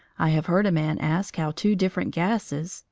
i have heard a man ask how two different gases,